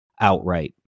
outright